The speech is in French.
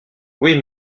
oui